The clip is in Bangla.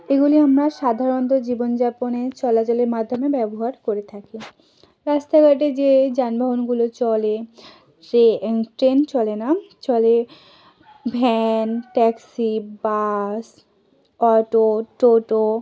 এগুলি আমরা সাধারণত জীবনযাপনে চলাচলের মাধ্যমে ব্যবহার করে থাকি রাস্তাঘাটে যে যানবাহনগুলো চলে সে ট্রেন চলে না চলে ভ্যান ট্যাক্সি বাস অটো টোটো